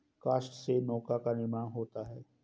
काष्ठ से नौका का निर्माण होता है